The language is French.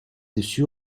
dessus